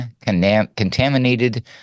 contaminated